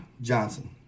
Johnson